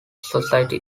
society